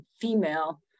female